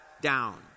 down